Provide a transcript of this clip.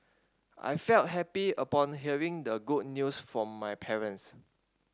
I felt happy upon hearing the good news from my parents